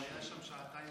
הוא היה שם שעתיים.